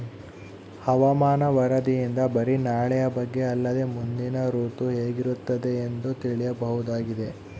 ಹವಾಮಾನ ವರದಿಯಿಂದ ಬರಿ ನಾಳೆಯ ಬಗ್ಗೆ ಅಲ್ಲದೆ ಮುಂದಿನ ಋತು ಹೇಗಿರುತ್ತದೆಯೆಂದು ತಿಳಿಯಬಹುದಾಗಿದೆ